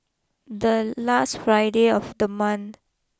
the last Friday of the month